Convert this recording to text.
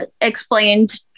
explained